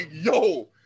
yo